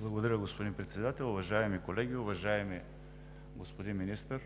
Благодаря, господин Председател. Уважаеми колеги! Уважаеми господин Министър,